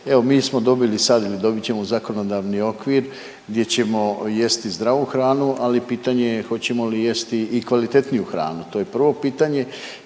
evo mi smo dobili sad il dobit ćemo zakonodavni okvir gdje ćemo jesti zdravu hranu, ali pitanje je hoćemo li jesti i kvalitetniju hranu, to je prvo pitanje.